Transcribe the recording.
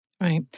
Right